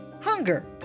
hunger